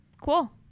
Cool